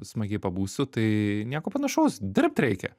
smagiai pabūsiu tai nieko panašaus dirbt reikia